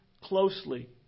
closely